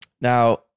Now